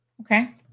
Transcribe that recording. Okay